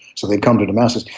so they come to damascus.